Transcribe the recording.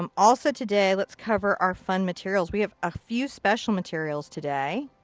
um also today let's cover our fun materials. we have a few special materials today.